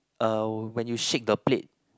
uh when you shake the plate